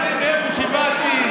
הבוס שלך חשב,